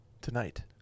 tonight